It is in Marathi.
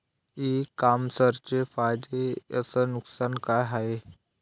इ कामर्सचे फायदे अस नुकसान का हाये